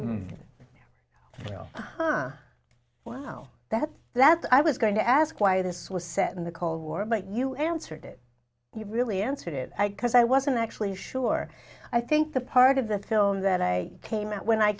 know wow that that i was going to ask why this was set in the cold war but you answered it you really answered it because i wasn't actually sure i think the part of the film that i came out when i